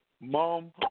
Mom